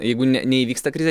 jeigu ne neįvyksta krizė